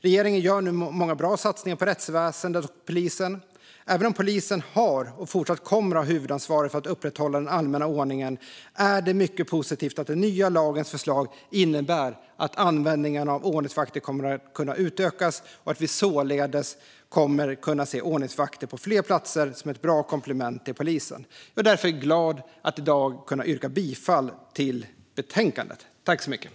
Regeringen gör nu många bra satsningar på rättsväsendet och polisen. Även om polisen har och fortsatt kommer att ha huvudansvaret för att upprätthålla den allmänna ordningen är det mycket positivt att den nya lagens förslag innebär att användningen av ordningsvakter kommer att kunna utökas och att vi således kommer att kunna se ordningsvakter på fler platser som ett bra komplement till polisen. Jag är därför glad att jag i dag kan yrka bifall till utskottets förslag i betänkandet.